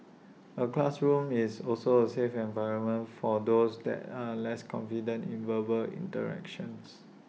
A classroom is also A 'safe' environment for those that are less confident in verbal interactions